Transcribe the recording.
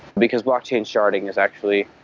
because blockchain's charting is actually